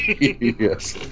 Yes